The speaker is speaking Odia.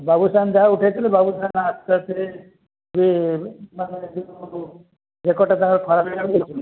ବାବୁସାନ୍ ଯାହା ଉଠେଇଥିଲୁ ବାବୁସାନ୍ ଆସ୍ତେ ଆସ୍ତେ ବି ମାନେ ଯୋଉ ରେକଡ଼ଟା ତାଙ୍କର ଖରାପ ହେଇଗଲା ବୁଲୁଥିଲେ